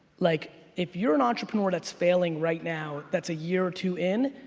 like if you're an entrepreneur that's failing right now that's a year or two in,